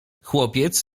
chłopiec